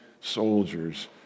soldiers